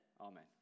Amen